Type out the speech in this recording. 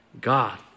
God